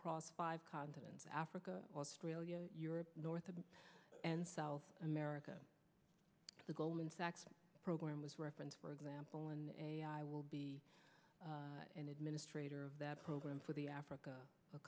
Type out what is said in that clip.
across five continents africa australia europe north and south america the goldman sachs program was reference for example and i will be an administrator of that program for the africa